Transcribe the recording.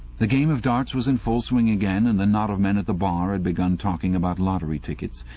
the game of darts was in full swing again, and the knot of men at the bar had begun talking about lottery tickets.